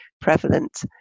prevalent